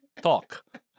talk